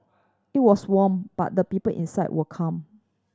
it was warm but the people inside were calm